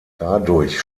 dadurch